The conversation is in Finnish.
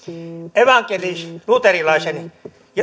evankelisluterilaisen